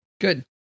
Good